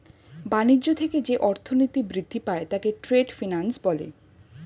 বাণিজ্য থেকে যে অর্থনীতি বৃদ্ধি পায় তাকে ট্রেড ফিন্যান্স বলে